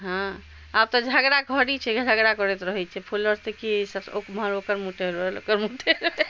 हँ आब तऽ झगड़ा घड़ी छै झगड़ा करैत रहै छै फूल लोढ़तै की ईसब ओमहर ओकर मुँह टेढ़ रहल ओकर मुँह टेढ़ रहल